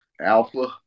Alpha